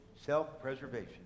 self-preservation